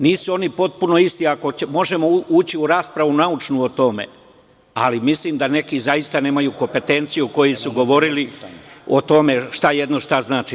Nisu oni potpuno isti, možemo ući u raspravu naučnu o tome, ali mislim da neki zaista nemaju kompetenciju koji su sada govorili o tome šta znači.